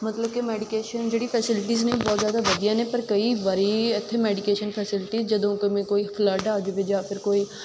ਮਤਲਬ ਕਿ ਮੈਡੀਕੇਸ਼ਨ ਜਿਹੜੀ ਫੈਸਲਿਟੀਜ ਨੇ ਬਹੁਤ ਜ਼ਿਆਦਾ ਵਧੀਆ ਨੇ ਪਰ ਕਈ ਵਾਰੀ ਇੱਥੇ ਮੈਡੀਕੇਸ਼ਨ ਫੈਸਿਲਿਟੀ ਜਦੋਂ ਕਦੇ ਕੋਈ ਫਲੱਡ ਆ ਜਾਵੇ ਜਾਂ ਫਿਰ ਕੋਈ